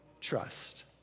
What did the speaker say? trust